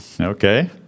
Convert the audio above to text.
Okay